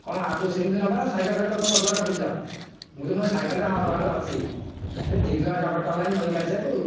କ'ଣ ଆକୁ ସେମିତି ନବ ନା ସାଇକଲ୍ ଫାଇକଲ୍ କ'ଣ ଅଧୁଆଡ଼େ ରଖିଛ ମୁଁ କହିଲି ମୁଁ ସାଇକଲ୍ଟା ଅଧୁଆଡ଼େ ଅଛି ଯଦି ଦୁଇ କିଲୋ ବାଟ ହେଲାଣି ନଈକି ଆସିବାକୁ